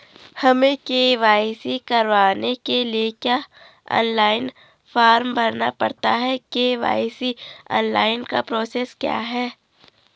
हमें के.वाई.सी कराने के लिए क्या ऑनलाइन फॉर्म भरना पड़ता है के.वाई.सी ऑनलाइन का प्रोसेस क्या है?